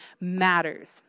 matters